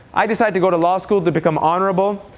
i decide to go to law school to become honorable.